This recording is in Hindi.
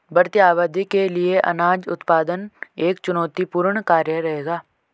बढ़ती आबादी के लिए अनाज उत्पादन एक चुनौतीपूर्ण कार्य रहेगा